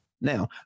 Now